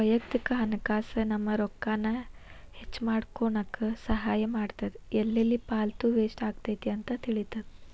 ವಯಕ್ತಿಕ ಹಣಕಾಸ್ ನಮ್ಮ ರೊಕ್ಕಾನ ಹೆಚ್ಮಾಡ್ಕೊನಕ ಸಹಾಯ ಮಾಡ್ತದ ಎಲ್ಲೆಲ್ಲಿ ಪಾಲ್ತು ವೇಸ್ಟ್ ಆಗತೈತಿ ಅಂತ ತಿಳಿತದ